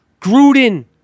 Gruden